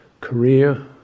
career